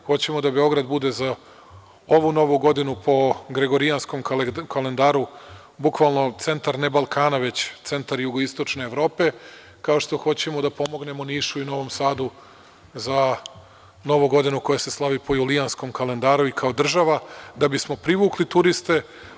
Hoćemo da Beograd bude za ovu Novu godinu po gregorijanskom kalendaru bukvalno centar ne Balkana, već centar jugoistočne Evrope, kao što hoćemo da pomognemo Nišu i Novom Sadu za Novu godinu koja se slavi po julijanskom kalendaru, i kao država, da bismo privukli turiste.